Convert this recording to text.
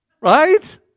Right